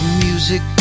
music